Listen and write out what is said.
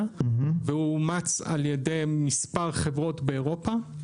והוא אומץ על ידי מספר חברות באירופה.